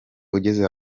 ugeze